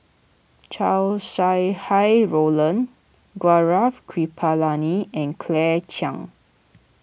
Chow Sau Hai Roland Gaurav Kripalani and Claire Chiang